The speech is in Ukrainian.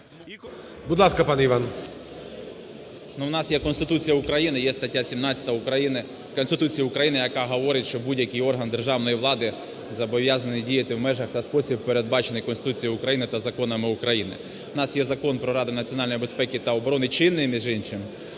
11:26:25 ВІННИК І.Ю. В нас є Конституція України, є стаття 17 Конституції України, яка говорить, що будь-який орган державної влади зобов'язаний діяти в межах та в спосіб, передбачений Конституцією України та законами України. У нас є Закон про Раду національної безпеки та оборони, чинний між іншим,